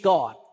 God